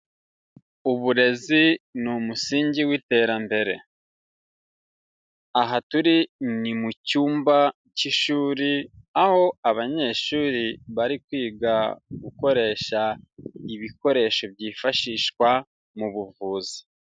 Uburezi ni umusingi w'iterambere, aha turi ni mu cyumba cy'ishuri aho abanyeshuri bari kwiga gukoresha ibikoresho byifashishwa mu buvuzi.